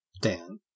Dan